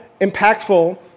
impactful